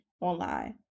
online